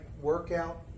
workout